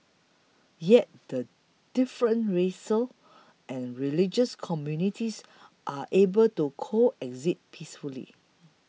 yet the different racial and religious communities are able to coexist peacefully